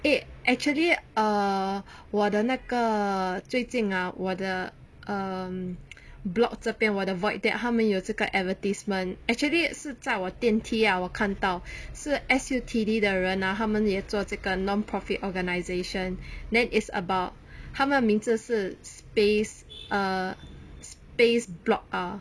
eh actually ah 我的那个最近 ah 我的 um block 这边我的 void deck 他们有这个 advertisement actually 是在我电梯 ah 我看到是 S_U_T_D 的人啊他们也做这个 nonprofit organization then is about 他们的名字是 space err space bloce ah